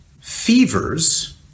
Fevers